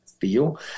feel